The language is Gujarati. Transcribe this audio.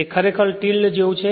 તે ખરેખર ટિલ્ડ જેવું છે